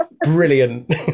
Brilliant